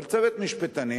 אבל צוות משפטנים,